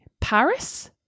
Paris